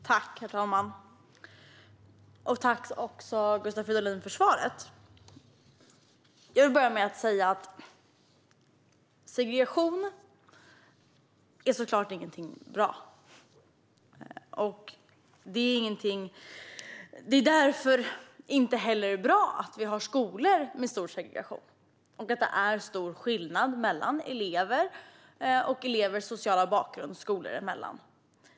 Herr talman! Tack för svaret, Gustav Fridolin! Jag vill börja med att säga att segregation självklart inte är någonting bra. Det är därför inte heller bra att vi har skolor med stor segregation och att det är stor skillnad mellan elever och elevers sociala bakgrund skolor emellan.